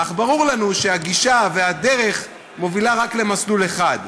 אך ברור לנו שהגישה והדרך מובילות רק למסלול אחד,